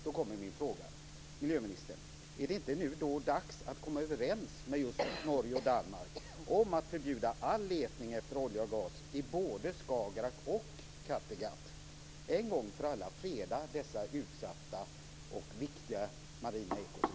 Då kommer min fråga, miljöministern: Är det inte dags att komma överens med just Norge och Danmark om att förbjuda all letning efter olja och gas i både Skagerrak och Kattegatt, att en gång för alla freda dessa utsatta och viktiga marina ekosystem?